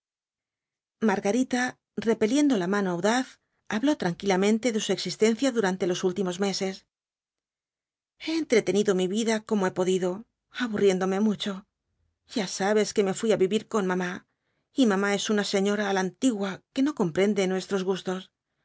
margarita repeliendo la mano audaz habló tranquilamente de su existencia durante los últimos meses he entretenido mi vida como he podido aburriéndome mucho ya sabes que me fui á vivir con mamá y mamá es una señora á la antigua que no comprende nuestros gustos